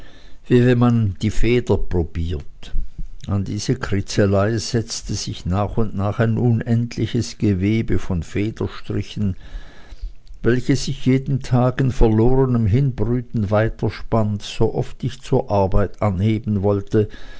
wenn man die feder probiert an diese kritzelei setzte sich nach und nach ein unendliches gewebe von federstrichen welches ich jeden tag in verlorenem hinbrüten weiterspann sooft ich zur arbeit anheben wollte